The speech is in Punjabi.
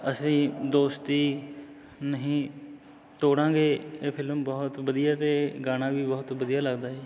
ਅਸੀਂ ਦੋਸਤੀ ਨਹੀਂ ਤੋੜਾਂਗੇ ਇਹ ਫਿਲਮ ਬਹੁਤ ਵਧੀਆ ਅਤੇ ਇਹ ਗਾਣਾ ਵੀ ਬਹੁਤ ਵਧੀਆ ਲੱਗਦਾ ਹੈ